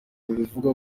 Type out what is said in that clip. bivuga